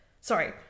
sorry